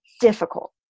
difficult